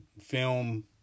film